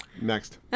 Next